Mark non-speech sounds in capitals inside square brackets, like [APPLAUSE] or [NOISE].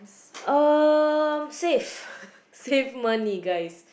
um save save [LAUGHS] money guys